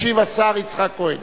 ישיב השר יצחק כהן.